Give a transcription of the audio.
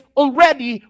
already